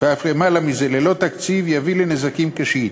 ואף למעלה מזה ללא תקציב יביא לנזקים קשים.